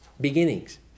beginnings